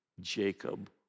Jacob